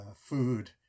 Food